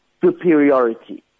superiority